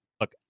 look